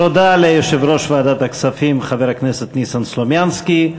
תודה ליושב-ראש ועדת הכספים חבר הכנסת ניסן סלומינסקי.